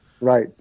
Right